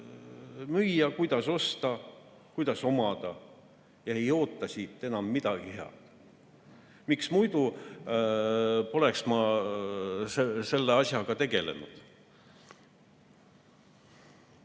müüa, kuidas osta, kuidas omada, ja ei oota siit enam midagi head. Miks ma muidu poleks selle asjaga tegelenud?